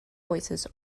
voices